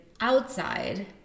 outside